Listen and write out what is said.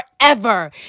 forever